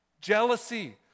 jealousy